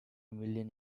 million